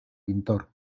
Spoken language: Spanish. pintor